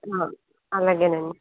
అలాగే అలాగేనండి